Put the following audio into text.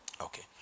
Okay